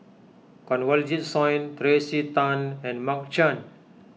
Kanwaljit Soin Tracey Tan and Mark Chan